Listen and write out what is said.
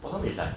problem is like